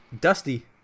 Dusty